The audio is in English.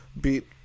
beat